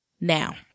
now